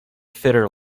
fitter